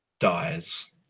dies